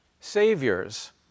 saviors